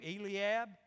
Eliab